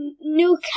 new